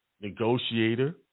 negotiator